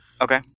Okay